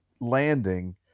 landing